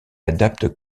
adapte